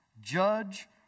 judge